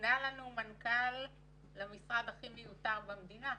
מונה לנו מנכ"ל למשרד הכי מיותר במדינה.